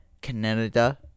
Canada